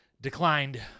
declined